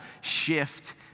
shift